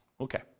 Okay